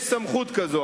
יש סמכות כזאת,